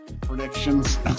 predictions